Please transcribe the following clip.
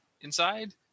inside